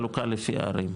חלוקה לפי הערים,